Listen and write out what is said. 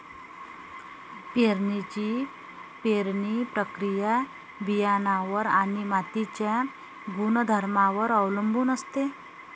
पेरणीची पेरणी प्रक्रिया बियाणांवर आणि मातीच्या गुणधर्मांवर अवलंबून असते